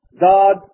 God